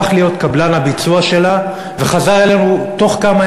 הפך להיות קבלן הביצוע שלה וחזר אלינו תוך כמה